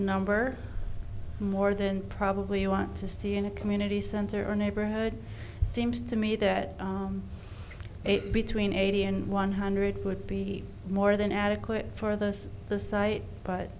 number more than probably you want to see in a community center or neighborhood seems to me that between eighty and one hundred would be more than adequate for this the site but